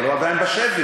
אבל הוא עדיין בשבי.